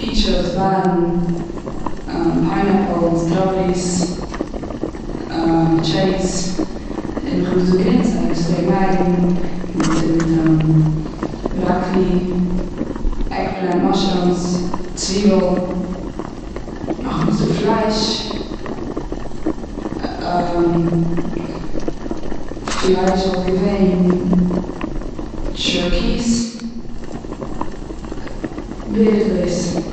פיטשעס, בארן, פיינעפל, סטראבעריס, טשעריס. און נאכדעם איז דא גרינצייג וואס איז די מייערן, מיט מיט בראקלי, עגפלענט, צוויבל נאכדעם איז דא פלייש. פלייש וואלט געווען דזשערקיס בערך דאס.